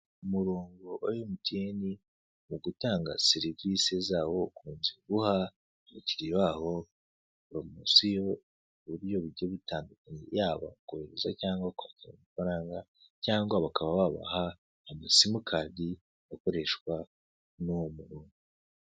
Umurongo wa MTN, mugutanga serivise zawo, bakunze guha abakiriya bawo poromosiyo, k'uburyo bugiye butandukanye, yaba kohereza cyangwa kwakira amafaranga, cyangwa bakaba babaha ama simukadi akoreshwa n'uwo murongo.